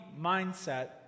mindset